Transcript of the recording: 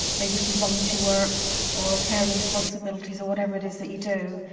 maybe from volunteer work or caring responsibilities or whatever it is that you do.